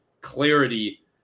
clarity